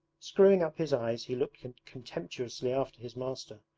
screwing up his eyes he looked contemptuously after his master,